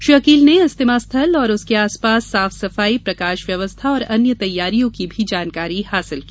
श्री अकील ने इज्तिमा स्थल और उसके आसपास साफ सफाई प्रकाश व्यवस्था और अन्य तैयारियों की भी जानकारी हासिल की